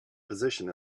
position